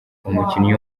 umukinnyi